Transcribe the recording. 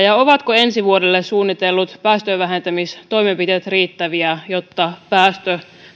ovatko ensi vuodelle suunnitellut päästöjen vähentämistoimenpiteet riittäviä jotta